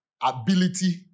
ability